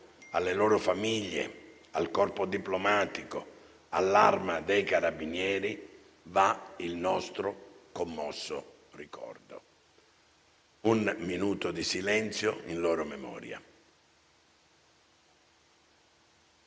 alle loro famiglie, al corpo diplomatico, all'Arma dei carabinieri va il nostro commosso ricordo. Vi invito ad osservare un minuto di silenzio in loro memoria.